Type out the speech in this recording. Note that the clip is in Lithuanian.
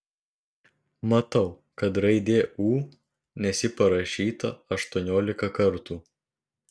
matau kad raidė ū nes ji parašyta aštuoniolika kartų